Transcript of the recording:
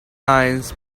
lines